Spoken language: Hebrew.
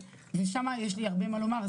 שם יש לי הרבה מה לומר.